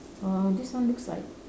uh this one looks like